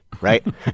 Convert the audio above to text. right